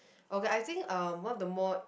okay I think uh one of the more